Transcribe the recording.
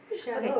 okay